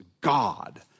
God